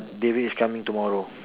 David is coming tomorrow